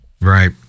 Right